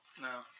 No